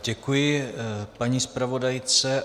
Děkuji paní zpravodajce.